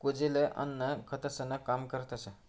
कुजेल अन्न खतंसनं काम करतस